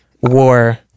war